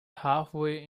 halfway